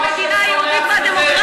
אנחנו דואגים למדינה הזאת יותר ממך,